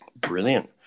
Brilliant